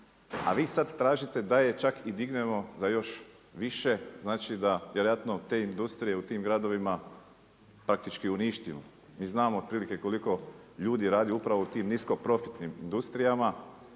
a vi sad tražite da je čak i dignemo za još više. Znači da vjerojatno te industrije u tim gradovima praktički uništimo. Mi znamo otprilike koliko ljudi radi u tim nisko profitnim industrijama